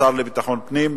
השר לביטחון פנים.